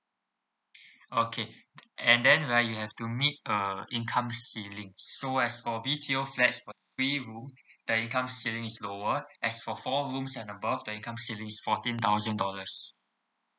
okay and then right you have to meet uh income ceiling so as for B_T_O flats for three room the income ceiling is lower as for four rooms and above the income ceiling is fourteen thousand dollars